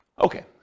okay